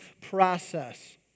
process